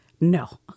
No